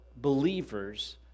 believers